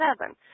seven